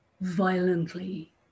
violently